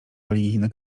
religijna